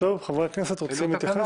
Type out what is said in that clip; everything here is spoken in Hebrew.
חברי הכנסת רוצים להתייחס?